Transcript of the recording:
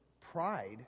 pride